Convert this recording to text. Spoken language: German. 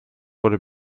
wurde